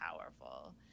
powerful